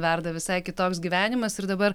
verda visai kitoks gyvenimas ir dabar